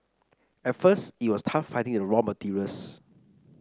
at first it was tough finding the raw materials